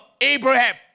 Abraham